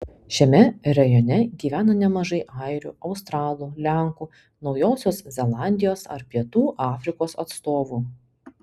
šiame rajone gyvena nemažai airių australų lenkų naujosios zelandijos ar pietų afrikos atstovų